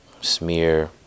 Smear